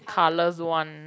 colours one